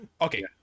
Okay